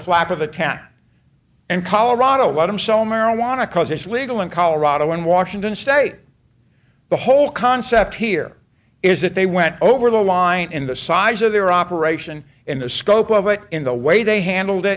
the flap of the tap and colorado let him so marijuana cause it's legal in colorado and washington state the whole concept here is that they went over the line in the size of their operation in the scope of it in the way they handled